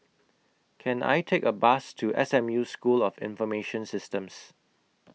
Can I Take A Bus to S M U School of Information Systems